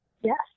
Yes